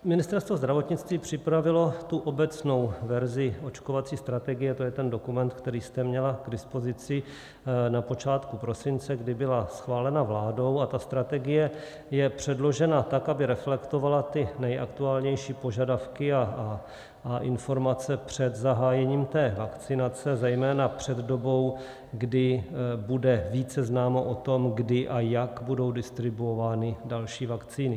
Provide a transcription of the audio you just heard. Ministerstvo zdravotnictví připravilo tu obecnou verzi očkovací strategie, to je ten dokument, který jste měla k dispozici na počátku prosince, kdy byla schválena vládou, a ta strategie je předložena tak, aby reflektovala ty nejaktuálnější požadavky a informace před zahájením vakcinace, zejména před dobou, kdy bude více známo o tom, kdy a jak budou distribuovány další vakcíny.